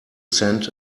send